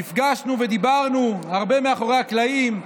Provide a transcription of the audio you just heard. נפגשנו ודיברנו הרבה מאחורי הקלעים.